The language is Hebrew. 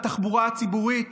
בתחבורה הציבורית,